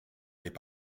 n’est